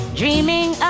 dreaming